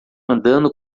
andando